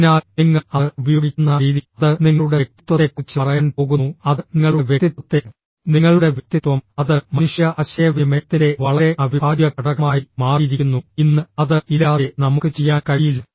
അതിനാൽ നിങ്ങൾ അത് ഉപയോഗിക്കുന്ന രീതി അത് നിങ്ങളുടെ വ്യക്തിത്വത്തെക്കുറിച്ച് പറയാൻ പോകുന്നു അത് നിങ്ങളുടെ വ്യക്തിത്വത്തെ നിങ്ങളുടെ വ്യക്തിത്വം അത് മനുഷ്യ ആശയവിനിമയത്തിന്റെ വളരെ അവിഭാജ്യ ഘടകമായി മാറിയിരിക്കുന്നു ഇന്ന് അത് ഇല്ലാതെ നമുക്ക് ചെയ്യാൻ കഴിയില്ല